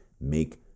Make